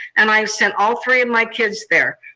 and i have sent all three of my kids there.